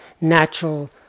natural